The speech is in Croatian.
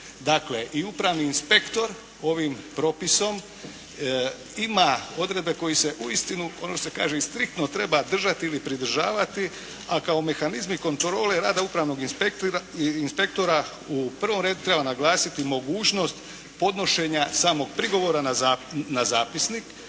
Dakle i upravni inspektor ovim propisom ima odredbe koje se uistinu ono što se kaže i striktno treba držati ili pridržavati, a kao mehanizmi kontrole rada upravnog inspektora u prvom redu treba naglasiti mogućnost podnošenja samog prigovora na zapisnik.